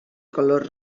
color